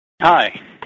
Hi